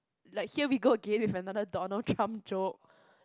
like here we go again with another Donald-Trump joke